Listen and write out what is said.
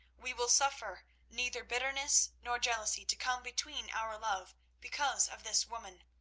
we will suffer neither bitterness nor jealousy to come between our love because of this woman,